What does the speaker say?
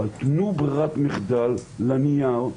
אבל תנו ברירת מחדל לנייר.